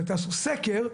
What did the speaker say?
תעשו סקר,